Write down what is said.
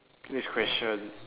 next question